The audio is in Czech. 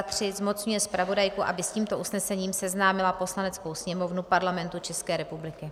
III. zmocňuje zpravodajku, aby s tímto usnesením seznámila Poslaneckou sněmovnu Parlamentu České republiky.